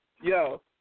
Yo